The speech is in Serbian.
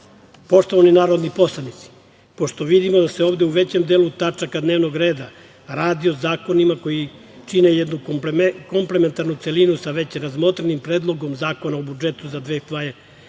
dođe. Poštovani narodni poslanici, pošto vidimo da se ovde u većem delu tačaka dnevnog reda radi o zakonima koji čine jednu komplementarnu celinu sa već razmotrenim Predlogom zakona o budžetu za 2022.